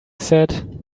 said